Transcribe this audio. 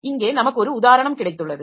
இங்கே நமக்கு ஒரு உதாரணம் கிடைத்துள்ளது